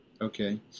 Okay